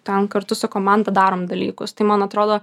ten kartu su komanda darom dalykus tai man atrodo